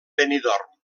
benidorm